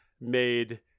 made